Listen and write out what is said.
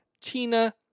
Tina